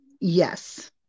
yes